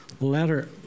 letter